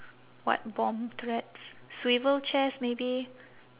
what bomb threats swivel chairs maybe